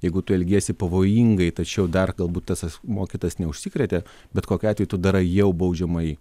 jeigu tu elgiesi pavojingai tačiau dar galbūt tas asmuo kitas neužsikrėtė bet kokiu atveju tu darai jau baudžiamąjį